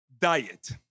diet